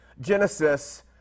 Genesis